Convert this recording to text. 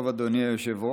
בוקר טוב, אדוני היושב-ראש.